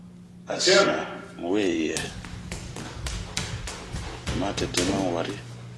A sian un we yɛɛ matete ma un wari.